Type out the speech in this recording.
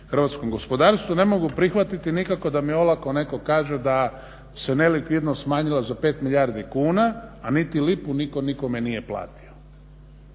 hrvatskom gospodarstvu ne mogu prihvatiti nikako da mi olako neko kaže da se nelikvidnost smanjila za 5 milijardi kuna a niti lipu nitko nikome nije platio.